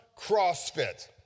CrossFit